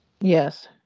Yes